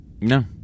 No